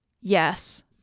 Yes